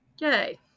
yay